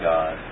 God